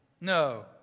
No